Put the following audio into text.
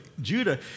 Judah